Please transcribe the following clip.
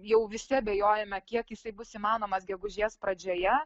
jau visi abejojame kiek jisai bus įmanomas gegužės pradžioje